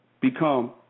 become